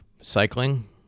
cycling